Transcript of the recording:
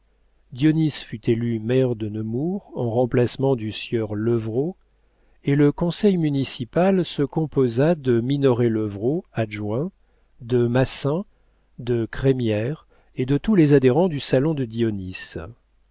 fut élu maire de nemours en remplacement du sieur levrault et le conseil municipal se composa de minoret levrault adjoint de massin de crémière et de tous les adhérents du salon de dionis